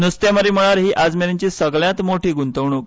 न्स्तेंमारी मळार ही आजमेरेनची सगल्यांत मोठी गूंतवणूक